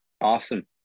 Awesome